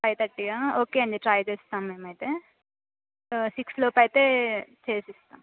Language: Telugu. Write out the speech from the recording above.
ఫైవ్ థర్టీగా ఓకే అండి ట్రై చేస్తాం మేమైతే సిక్స్లోపయితే చేసిస్తాం